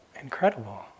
incredible